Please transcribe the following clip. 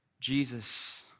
Jesus